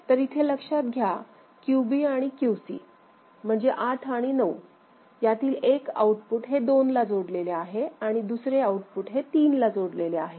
तर इथे लक्षात घ्या QB आणि QC म्हणजे आठ आणि नऊ यातील एक आऊटपुट हे 2 ला जोडलेले आहे आणि दुसरे आऊटपुट हे 3 ला जोडलेले आहे